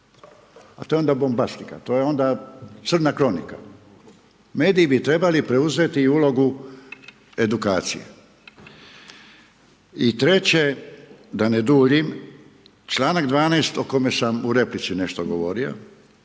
Pa to je onda bombastička, to je onda crna kronika. Mediji bi trebali preuzeti ulogu edukacije. I treće, da ne duljim, čl. 12. o kojem sam u replici nešto govorio,